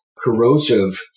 corrosive